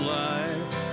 life